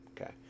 okay